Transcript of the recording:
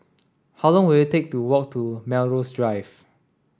how long will it take to walk to Melrose Drive